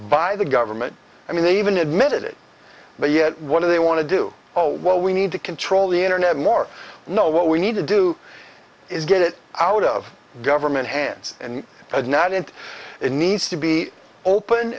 by the government i mean they even admitted it but yet what do they want to do or what we need to control the internet more no what we need to do is get it out of government hands and not and it needs to be open